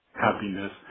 happiness